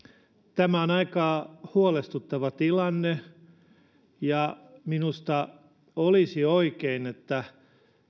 tämä on aika huolestuttava tilanne ja minusta olisi oikein että